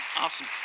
Awesome